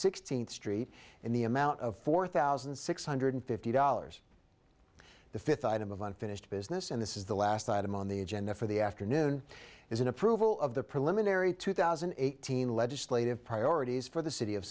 sixteenth street in the amount of four thousand six hundred fifty dollars the fifth item of unfinished business and this is the last item on the agenda for the afternoon is an approval of the preliminary two thousand and eighteen legislative priorities for the city of